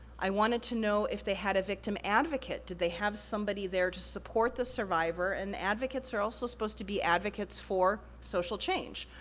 i wanted to know if they had a victim advocate. did they have somebody there to support the survivor? and advocates are also supposed to be advocates for social change,